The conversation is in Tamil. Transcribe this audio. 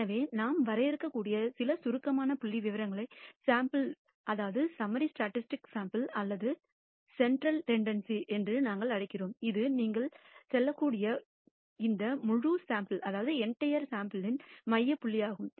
எனவே நாம் வரையறுக்கக்கூடிய சில சுருக்கமான புள்ளிவிவரங்கள் சாம்பிள் அல்லது சென்ட்ரல் டெண்டன்ஸி என்று நாங்கள் அழைக்கிறோம் இது நீங்கள் சொல்லக்கூடிய இந்த முழு சாம்பிள் யின் மைய புள்ளியாகும்